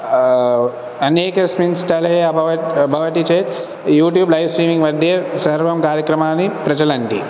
अनेकेस्मिन् स्तले अभवत् भवति चेत् यूयूट्यूब् लैव् स्ट्रीमिङ्ग् मद्ये सर्वं कार्यक्रमानि प्रचलन्ति